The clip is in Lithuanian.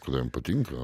kur jam patinka